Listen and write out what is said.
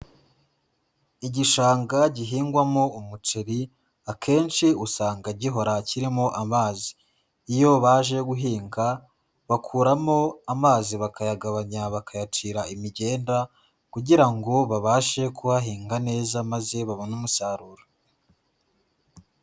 Igishanga gihingwamo umuceri, akenshi usanga gihora kirimo amazi, iyo baje guhinga, bakuramo amazi bakayagabanya bakayacira imigenda, kugira ngo babashe kuhahinga neza maze babone umusaruro.